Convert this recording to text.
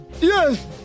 Yes